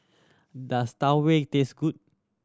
does Tau Huay taste good